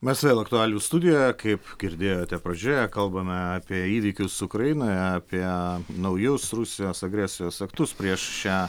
mes vėl aktualijų studijoje kaip girdėjote pradžioje kalbame apie įvykius ukrainoje apie naujus rusijos agresijos aktus prieš šią